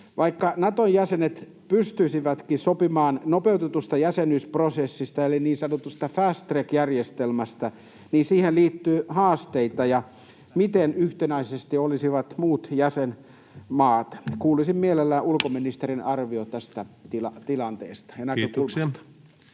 Vaikka Naton jäsenet pystyisivätkin sopimaan nopeutetusta jäsenyysprosessista eli niin sanotusta fast track ‑järjestelmästä, niin siihen liittyy haasteita. Miten yhtenäisiä olisivat muut jäsenmaat? Kuulisin mielelläni ulkoministerin arvio tästä tilanteesta ja